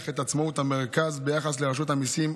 את עצמאות המרכז ביחס לרשות המיסים.